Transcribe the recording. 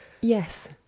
Yes